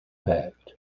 pact